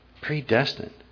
Predestined